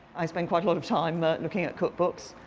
i spend quite a lot of time but and looking at cookbooks.